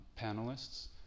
panelists